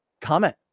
comment